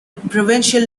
provincial